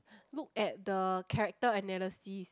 look at the character analysis